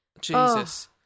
Jesus